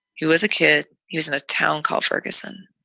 he was a kid. he was in a town called ferguson.